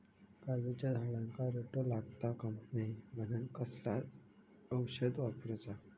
काजूच्या झाडांका रोटो लागता कमा नये म्हनान कसला औषध वापरूचा?